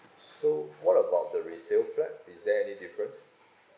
so what about the resale flat is there any difference